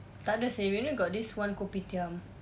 takde seh we only got this one kopitiam